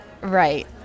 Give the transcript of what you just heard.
right